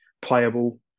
playable